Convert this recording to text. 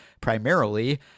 primarily